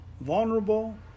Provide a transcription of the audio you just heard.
vulnerable